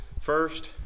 first